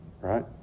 right